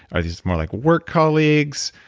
are these more like work colleagues?